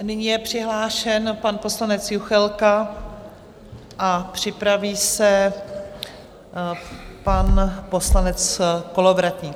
Nyní je přihlášen pan poslanec Juchelka a připraví se pan poslanec Kolovratník.